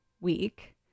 week